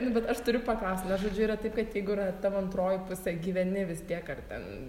nu bet aš turiu paklaust nes žodžiu yra taip kad jeigu yra tavo antroji pusė gyveni vis tiek ar ten